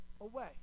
away